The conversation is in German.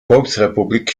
volksrepublik